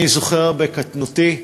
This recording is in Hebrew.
אני זוכר, בקטנותי,